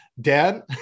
Dan